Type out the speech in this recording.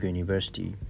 University